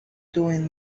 doing